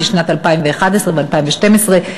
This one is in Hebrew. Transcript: משנת 2011 ו-2012,